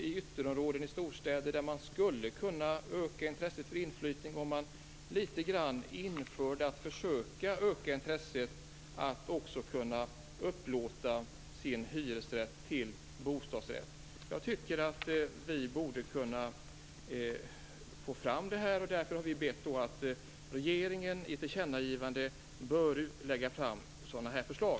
I ytterområden i storstäder skulle man kanske kunna öka intresset för inflyttning om det också fanns en möjlighet att upplåta hyresrätten till bostadsrätt. Vi borde kunna få fram den möjligheten, och vi har därför begärt att regeringen i ett tillkännagivande skall lägga fram ett sådant förslag.